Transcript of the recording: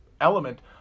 element